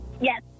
Yes